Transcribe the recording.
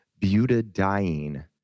butadiene